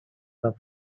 for